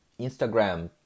Instagram